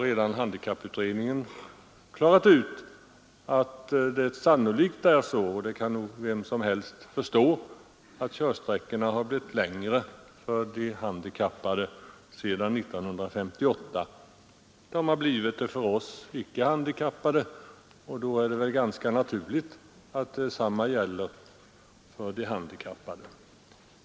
Redan handikapputredningen har klarat ut att det sannolikt är så — och det kan nog vem som helst förstå — att körsträckorna har blivit längre för de handikappade sedan 1958. De har blitt det för vss icke handikappade, och då är det ganska naturligt att detsamma gäller för de handikappade.